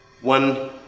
One